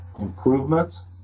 improvements